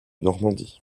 normandie